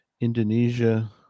Indonesia